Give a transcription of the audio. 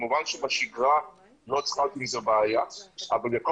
כמובן שבשגרה לא צריכה להיות עם זה בעיה אבל בכל